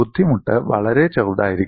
ബുദ്ധിമുട്ട് വളരെ ചെറുതായിരിക്കും